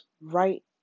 right